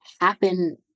happen